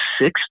six